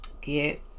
get